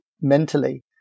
mentally